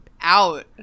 out